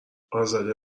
ازاده